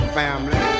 family